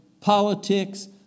politics